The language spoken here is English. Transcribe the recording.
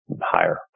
higher